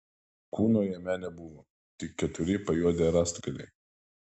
kūno jame nebuvo tik keturi pajuodę rąstgaliai